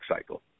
cycle